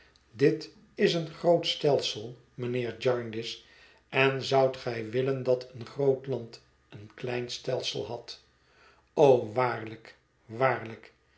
dit is een groot stelsel mijnheer jarndyce en zoudt gij willen dat een groot land een klein stelsel had o waarlijk